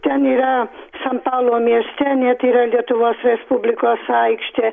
ten yra san paulo mieste net yra lietuvos respublikos aikštė